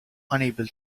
unable